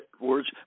words